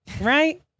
right